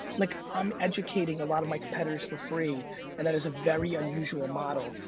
like i'm educating a lot of my competitors for free and that is a very unusual model,